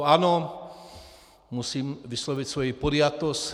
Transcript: Ano, musím vyslovit svoji podjatost.